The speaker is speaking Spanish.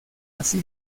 así